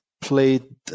played